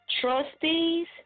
Trustees